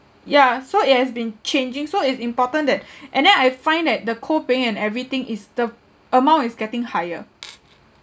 yeah so it has been changing so it's important that and then I find that the co-paying and everything is the amount is getting higher